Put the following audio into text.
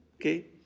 okay